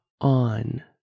on